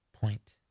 point